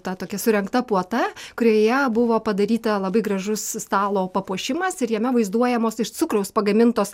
ta tokia surengta puota kurioje buvo padaryta labai gražus stalo papuošimas ir jame vaizduojamos iš cukraus pagamintos